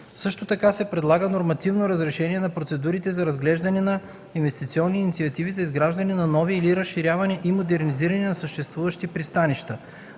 Също така се предлага нормативно разрешение на процедурите за разглеждане на инвестиционни инициативи за изграждане на нови или разширяване и модернизиране на съществуващи пристанища.